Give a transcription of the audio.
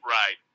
right